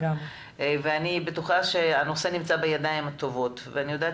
ואני בטוחה שהנושא נמצא בידיים טובות ואני יודעת